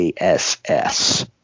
ASS